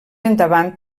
endavant